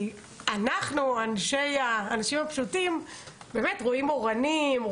כי אנחנו, האנשים הפשוטים, באמת רואים אורנים,